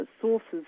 sources